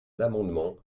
l’amendement